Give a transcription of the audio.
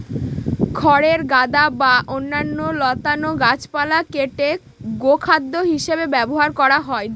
খড়ের গাদা বা অন্যান্য লতানো গাছপালা কেটে গোখাদ্য হিসাবে ব্যবহার করা হয়